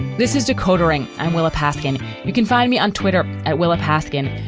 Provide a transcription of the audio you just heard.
this is decoder ring. i'm willa paskin. you can find me on twitter at willa paskin.